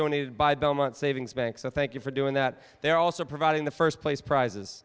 donated by belmont savings bank so thank you for doing that they're also providing the first place prizes